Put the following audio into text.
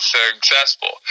successful